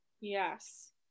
Yes